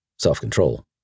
Self-control